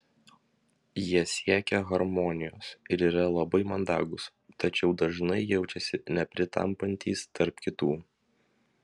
jie siekia harmonijos ir yra labai mandagūs tačiau dažnai jaučiasi nepritampantys tarp kitų